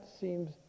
seems